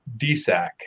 DSAC